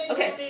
Okay